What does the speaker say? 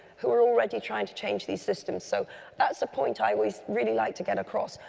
who are already trying to change these systems. so that's the point i always really like to get across,